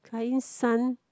client's son